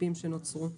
האם עובדים עליה?